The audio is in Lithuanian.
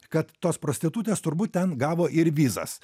kad tos prostitutės turbūt ten gavo ir vizas